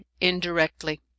indirectly